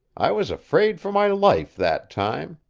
i was afraid for my life that time.